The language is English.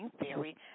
Theory